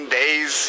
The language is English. days